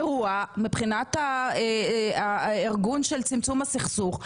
אירוע מבחינת הארגון של צמצום הסכסוך,